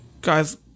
guys